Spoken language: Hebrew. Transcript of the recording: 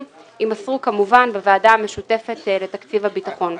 יימסרו כמובן בוועדה המשותפת לתקציב הביטחון.